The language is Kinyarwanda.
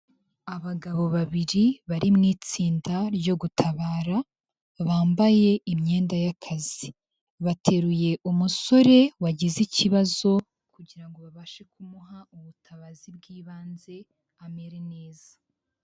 Abagabo babiri bari mu itsinda ryo gutabara, bambaye imyenda y'akazi, bateruye umusore wagize ikibazo kugira ngo babashe kumuha ubutabazi bw'ibanze, amere neza.